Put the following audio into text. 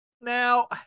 Now